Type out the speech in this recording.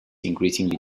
increasingly